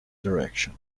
direction